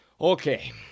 Okay